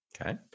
Okay